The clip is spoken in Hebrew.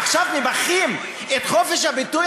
עכשיו מבכים את חופש הביטוי?